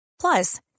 Plus